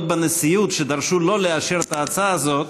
בנשיאות שדרשו שלא לאשר את ההצעה הזאת,